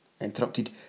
interrupted